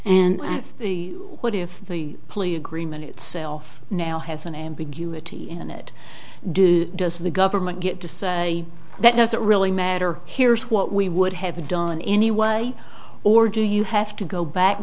and what if the police agreement itself now has an ambiguity in it do does the government get to say that doesn't really matter here's what we would have done anyway or do you have to go back